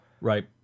Right